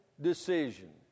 decision